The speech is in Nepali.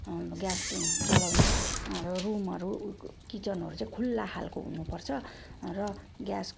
ग्यास जुन चलाउने रुमहरू किचनहरू चाहिँ खुल्ला खाले हुनु पर्छ र ग्यास